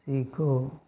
सीखो